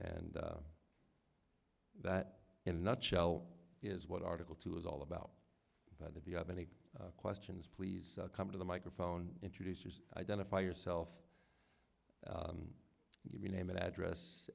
and that in a nutshell is what article two is all about but if you have any questions please come to the microphone introducers identify yourself your name and address